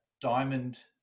diamond